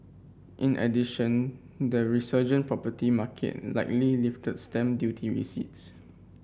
in addition the resurgent property market likely lifted stamp duty receipts